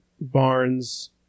Barnes